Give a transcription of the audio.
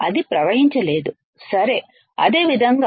అది ప్రవహించ లేదు సరే అదే విధంగా